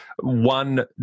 one